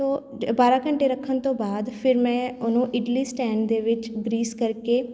ਤਾਂ ਬਾਰਾਂ ਘੰਟੇ ਰੱਖਣ ਤੋਂ ਬਾਅਦ ਫਿਰ ਮੈਂ ਉਹਨੂੰ ਇਡਲੀ ਸਟੈਂਡ ਦੇ ਵਿੱਚ ਗ੍ਰੀਸ ਕਰਕੇ